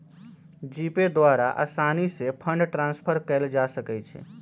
GPay द्वारा असानी से फंड ट्रांसफर कयल जा सकइ छइ